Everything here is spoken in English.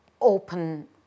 open